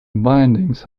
bindings